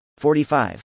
45